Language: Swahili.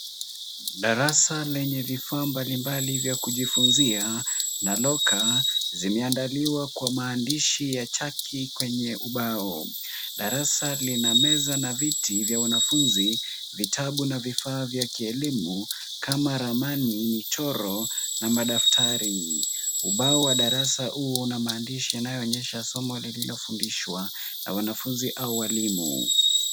Darasa lenye vifaa mbalimbali vya kujifunzia na locker zimeandaliwa kwa maandishi ya chaki kwenye ubao. Darasa lina meza na viti vya wanafunzi, vitabu na vifaa vya kielimu kama ramani, michoro na madaftari. Ubao wa darasa huo una maandishi yanayoonyesha somo lililofundishwa na wanafunzi au waalimu.